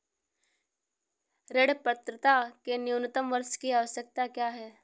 ऋण पात्रता के लिए न्यूनतम वर्ष की आवश्यकता क्या है?